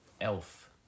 Elf